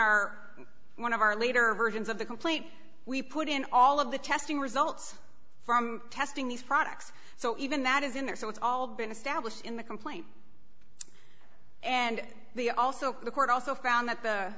our one of our later versions of the complaint we put in all of the testing results from testing these products so even that is in there so it's all been established in the complaint and the also the court also found that